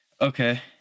Okay